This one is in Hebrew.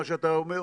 מה שאתה אומר?